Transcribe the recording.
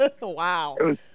Wow